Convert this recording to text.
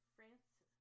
France